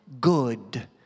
good